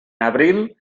abril